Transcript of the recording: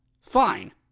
Fine